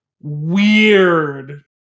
weird